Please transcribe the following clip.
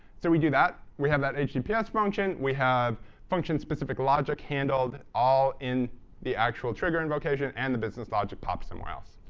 so we do that. we have that https yeah function. we have function-specific logic handled all in the actual trigger invocation, and the business logic pops somewhere else.